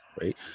right